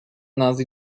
nazi